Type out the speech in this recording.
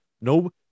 No